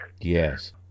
Yes